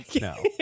No